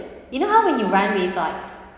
you know how when you run with uh